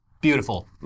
Beautiful